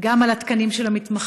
גם על התקנים של המתמחים,